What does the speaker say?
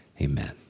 amen